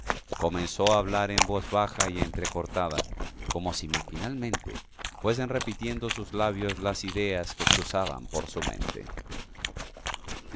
comenzó a hablar en voz baja y entrecortada como si maquinalmente fuesen repitiendo sus labios las ideas que cruzaban por su mente